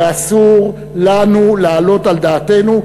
ואסור לנו להעלות על דעתנו,